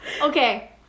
Okay